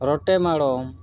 ᱨᱚᱸᱴᱮ ᱢᱟᱬᱚᱢ